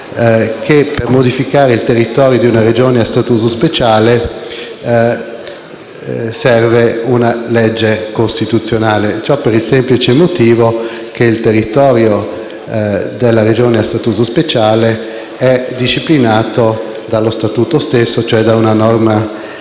che per modificare il territorio di una Regione a statuto speciale serva una legge costituzionale. Ciò per il semplice motivo che il territorio della Regione a Statuto speciale è disciplinato dallo statuto stesso, cioè da una norma